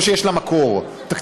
או שיש לה מקור תקציבי.